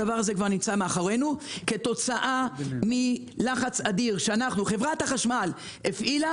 הדבר הזה כבר נמצא מאחורינו כתוצאה מלחץ אדיר שחברת החשמל הפעילה